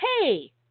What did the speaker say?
hey